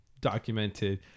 documented